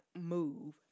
move